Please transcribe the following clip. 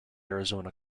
arizona